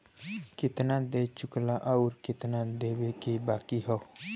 केतना दे चुकला आउर केतना देवे के बाकी हौ